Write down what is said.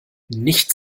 nicht